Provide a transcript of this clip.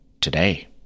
Today